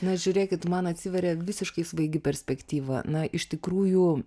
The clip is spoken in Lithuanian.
na žiūrėkit man atsiveria visiškai svaigi perspektyva na iš tikrųjų